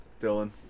Dylan